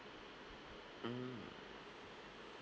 mm